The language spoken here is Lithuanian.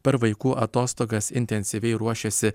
per vaikų atostogas intensyviai ruošėsi